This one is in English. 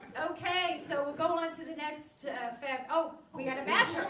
okay so we'll go on to the next oh we had a